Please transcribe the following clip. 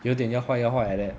有点要坏要坏 like that